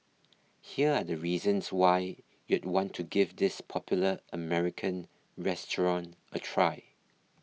here are the reasons why you'd want to give this popular American restaurant a try